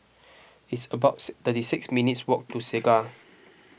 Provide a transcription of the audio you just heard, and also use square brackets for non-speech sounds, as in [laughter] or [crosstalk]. [noise] it's about thirty six minutes' walk to Segar